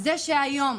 זה שהיום,